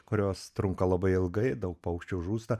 kurios trunka labai ilgai daug paukščių žūsta